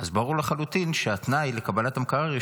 אז ברור לחלוטין שהתנאי לקבלת המקרר היא